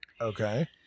Okay